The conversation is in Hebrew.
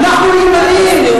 אנחנו ימניים.